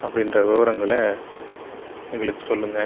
அப்படின்ற விவரங்களை எங்களுக்கு சொல்லுங்கள்